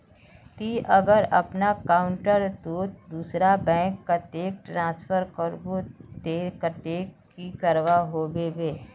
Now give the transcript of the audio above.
ती अगर अपना अकाउंट तोत दूसरा बैंक कतेक ट्रांसफर करबो ते कतेक की करवा होबे बे?